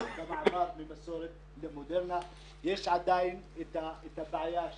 שסובלת מאלימות במשפחה ואני מקווה שזה ייפתר תוך סיום המאבק של